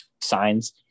signs